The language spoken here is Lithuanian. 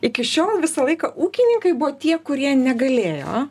iki šiol visą laiką ūkininkai buvo tie kurie negalėjo